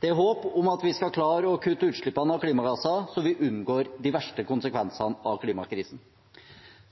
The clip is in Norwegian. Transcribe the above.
Det er håp om at vi skal klare å kutte utslippene av klimagasser, så vi unngår de verste konsekvensene av klimakrisen.